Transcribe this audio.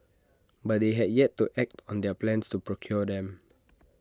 but they had yet to act on their plans to procure them